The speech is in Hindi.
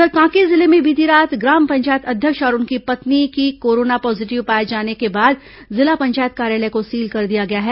उधर कांकेर जिले में बीती रात ग्राम पंचायत अध्यक्ष और उनकी पत्नी की कोरोना पॉजीटिव पाए जाने के बाद जिला पंचायत कार्यालय को सील कर दिया गया है